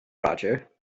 roger